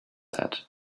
had